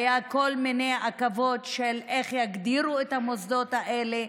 היו כל מיני עכבות איך יגדירו את המוסדות האלה,